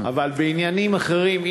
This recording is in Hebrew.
אבל בעניינים אחרים.